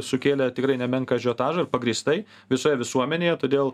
sukėlė tikrai nemenką ažiotažą ir pagrįstai visoje visuomenėje todėl